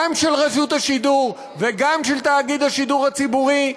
גם של רשות השידור וגם של תאגיד השידור הציבורי,